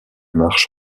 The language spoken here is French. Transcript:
marche